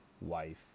wife